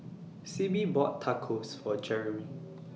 Sibbie bought Tacos For Jeremy